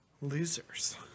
losers